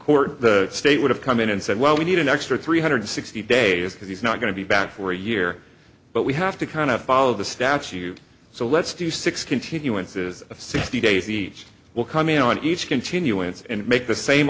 court state would have come in and said well we need an extra three hundred sixty days because he's not going to be back for a year but we have to kind of follow the statute so let's do six continuances of sixty days each will come in on each continuance and make the same